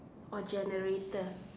or generator